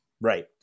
Right